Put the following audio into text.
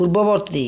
ପୂର୍ବବର୍ତ୍ତୀ